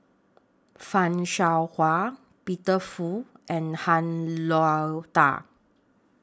fan Shao Hua Peter Fu and Han Lao DA